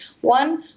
one